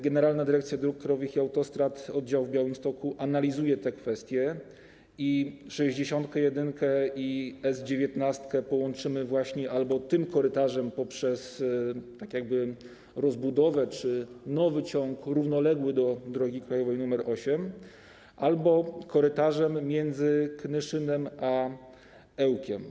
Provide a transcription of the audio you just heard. Generalna Dyrekcja Dróg Krajowych i Autostrad Oddział w Białymstoku analizuje tę kwestię i sześćdziesiątkę jedynkę oraz S19 połączymy właśnie tym korytarzem poprzez rozbudowę czy nowy ciąg równoległy do drogi krajowej nr 8 albo korytarzem między Knyszynem a Ełkiem.